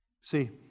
See